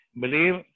believe